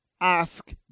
ask